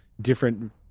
different